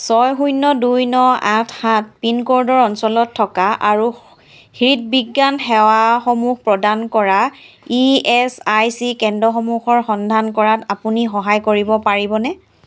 ছয় শূণ্য দুই ন আঠ সাত পিনক'ডৰ অঞ্চলত থকা আৰু হৃদ বিজ্ঞান সেৱাসমূহ প্ৰদান কৰা ইএচআইচি কেন্দ্ৰসমূহৰ সন্ধান কৰাত আপুনি সহায় কৰিব পাৰিবনে